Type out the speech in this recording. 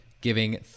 giving